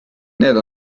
need